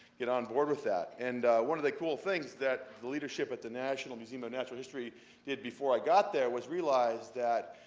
get on board with that? and one of the cool things that the leadership at the national museum of natural history did before i got there was realize that,